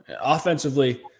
offensively